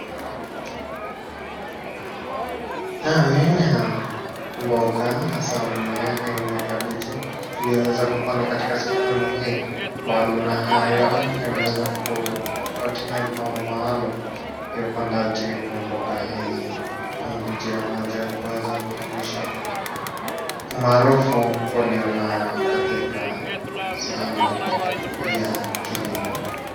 Naam, ni aina ya mboga hasa mimea aina ya kabichi iliyoweza kupandwa katika sehemu hii. Mbali na hayo yanaweza kufuatilia mpango maalum ya upandaji wa mboga hizi. Hii ni njia moja ya kuweza kuonyesha umaarufu walionayo katika sehemu ya kilimo.